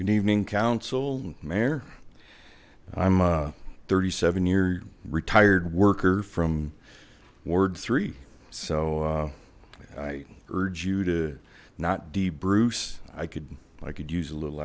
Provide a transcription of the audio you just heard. good evening council mayor i'm a thirty seven you're retired worker from word three so i urge you to not d bruce i could i could use a little